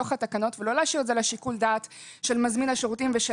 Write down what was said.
בתוך התקנות ולא להשאיר את זה לשיקול דעת של מזמין השירותים.